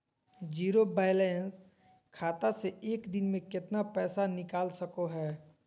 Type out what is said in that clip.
Zero balance खाता से एक दिन में कितना निकाल सको है?